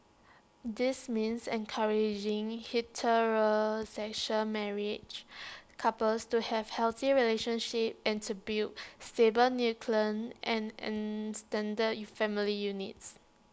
this means encouraging heterosexual married couples to have healthy relationships and to build stable nuclear and extended family units